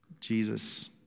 Jesus